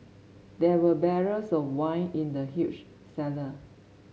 there were barrels of wine in the huge cellar